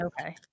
Okay